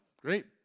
Great